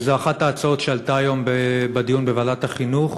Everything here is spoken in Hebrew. וזו אחת ההצעות שעלתה היום בדיון בוועדת החינוך,